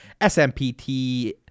SMPT